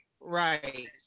right